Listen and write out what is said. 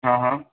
હંહં